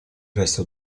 resto